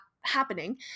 happening